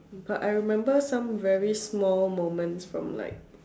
but I remember some very small moments from like